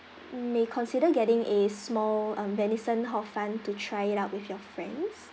may consider getting a small um venison hor fun to try it out with your friends